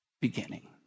beginning